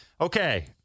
Okay